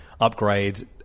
upgrade